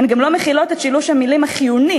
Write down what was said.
הן גם לא מכילות את שילוש המילים החיוני